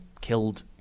killed